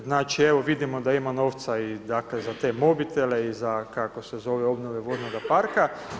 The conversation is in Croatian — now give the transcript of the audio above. Znači evo vidimo da ima novca dakle, i za te mobitele i za kako se zove, obnove voznoga parka.